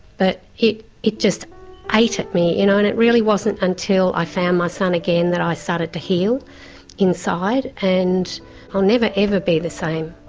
but it it just ate at me, you know, and it really wasn't until i found my son again that i started to heal inside, and i'll never, ever be the same.